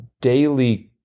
daily